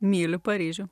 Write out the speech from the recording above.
myliu paryžių